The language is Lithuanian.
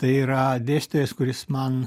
tai yra dėstytojas kuris man